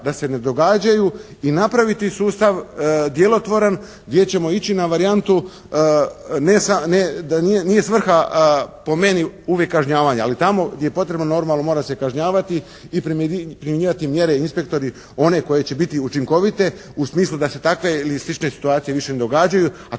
da se ne događaju i napraviti sustav djelotvoran gdje ćemo ići na varijantu ne, nije svrha po meni uvijek kažnjavanja, ali tamo gdje je potrebno normalno mora se kažnjavati i primjenjivati mjere inspektori one koje će biti učinkovite u smislu da se takve ili slične situacije više ne događaju, a to je poglavito